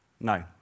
No